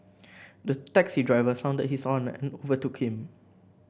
the taxi driver sounded his horn and overtook him